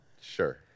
Sure